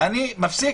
אני מפסיק.